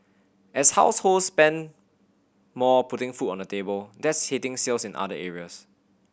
as households spend more putting food on the table that's hitting sales in other areas